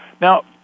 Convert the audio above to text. Now